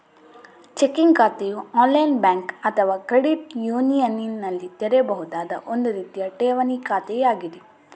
checking ಖಾತೆಯು online bank ಅಥವಾ credit ಯೂನಿಯನಿನಲ್ಲಿ ತೆರೆಯಬಹುದಾದ ಒಂದು ರೀತಿಯ ಠೇವಣಿ ಖಾತೆಯಾಗಿದೆ